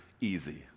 easy